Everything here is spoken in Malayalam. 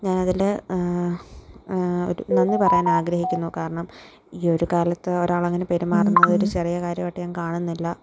ഞാൻ അതിൽ ഒരു നന്ദി പറയാൻ ആഗ്രഹിക്കുന്നു കാരണം ഈ ഒരു കാലത്ത് ഒരാൾ അങ്ങനെ പെരുമാറുന്നത് ഒരു ചെറിയ കാര്യമായിട്ട് ഞാൻ കാണുന്നില്ല